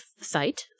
site